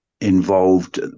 involved